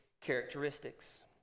characteristics